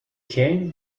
came